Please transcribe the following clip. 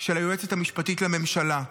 של היועצת המשפטית לממשלה.